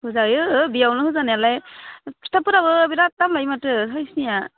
होजायो बेयावनो होजानायालाय खिथाबफोराबो बिराद दाम लायो माथो साइन्सनिया